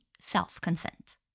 self-consent